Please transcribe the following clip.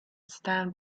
stand